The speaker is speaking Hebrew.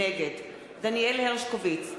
נגד דניאל הרשקוביץ,